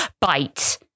bite